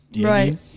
Right